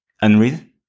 Unread